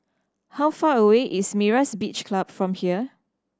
how far away is Myra's Beach Club from here